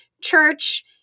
church